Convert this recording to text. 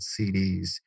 CDs